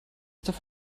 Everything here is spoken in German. dafür